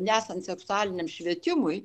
nesant seksualiniam švietimui